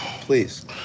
Please